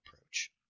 approach